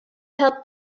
held